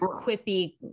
quippy